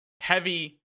heavy